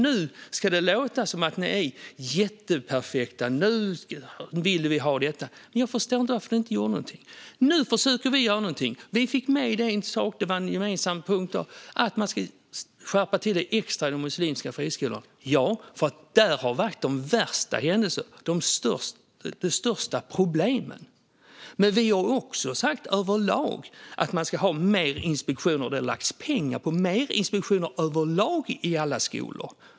Nu låter det som att ni ska vara jätteperfekta. Nu vill ni ha detta. Jag förstår inte varför ni inte gjorde någonting. Nu försöker vi att göra någonting. I de gemensamma punkterna fick vi med att man skulle skärpa till det extra i muslimska friskolor. Där har de värsta händelserna skett och där har de största problemen funnits. Vi har också sagt att man överlag ska ha fler inspektioner. Det har lagts mer pengar på fler inspektioner överlag i alla skolor.